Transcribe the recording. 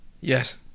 Yes